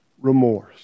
remorse